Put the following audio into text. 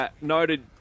noted